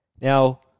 Now